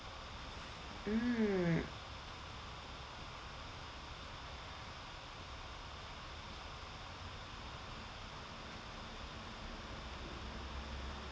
mm